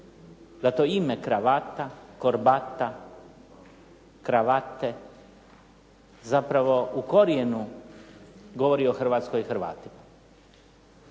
da to ime kravata, korbata, cravate, zapravo u korijenu govori o Hrvatskoj i Hrvatima.